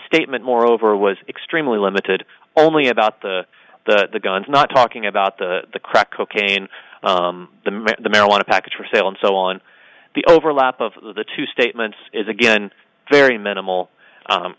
statement moreover was extremely limited only about the guns not talking about the crack cocaine the men the marijuana package for sale and so on the overlap of the two statements is again very minimal